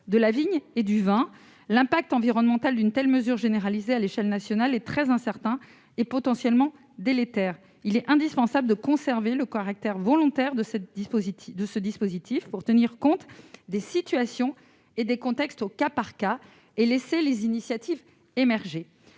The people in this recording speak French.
de la vigne et du vin. L'impact environnemental d'une telle mesure généralisée à l'échelle nationale est très incertain et potentiellement délétère. Il est indispensable de conserver le caractère volontaire du dispositif pour tenir compte des situations et des contextes au cas par cas et laisser les initiatives émerger.